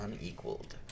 unequaled